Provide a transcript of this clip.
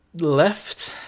left